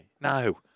No